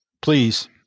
Please